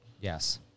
Yes